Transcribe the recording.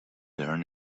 learn